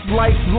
life